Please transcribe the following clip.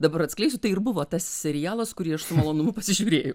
dabar atskleisiu tai ir buvo tas serialas kurį aš su malonumu pasižiūrėjau